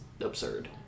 absurd